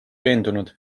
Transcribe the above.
veendunud